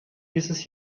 dieses